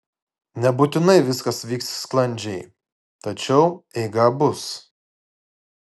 nebūtinai viskas vyks sklandžiai tačiau eiga bus